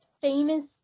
famous